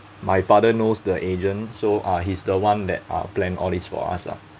my father knows the agent so uh he's the one that uh plan all this for us lah